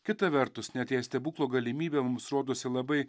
kita vertus net jei stebuklo galimybė mums rodosi labai